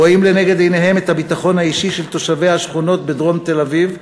רואים לנגד עיניהם את הביטחון האישי של תושבי השכונות בדרום תל-אביב,